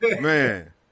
Man